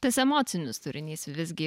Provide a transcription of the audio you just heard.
tas emocinis turinys visgi